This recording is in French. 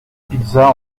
pizza